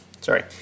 sorry